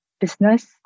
business